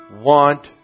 want